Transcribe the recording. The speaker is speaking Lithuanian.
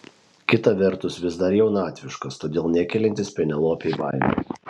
kita vertus vis dar jaunatviškas todėl nekeliantis penelopei baimės